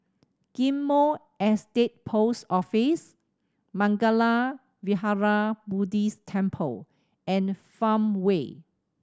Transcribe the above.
Ghim Moh Estate Post Office Mangala Vihara Buddhist Temple and Farmway